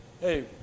hey